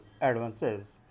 advances